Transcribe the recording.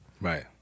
Right